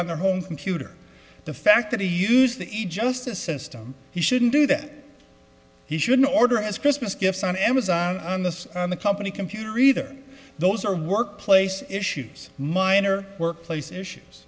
on their home computer the fact that he used the justice system he shouldn't do that he should order as christmas gifts on amazon on this and the company computer either those are workplace issues minor workplace issues